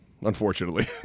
Unfortunately